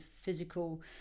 physical